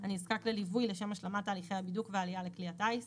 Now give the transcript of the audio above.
הנזקק לליווי לשם השלמת תהליכי הבידוק והעלייה לכלי הטיס.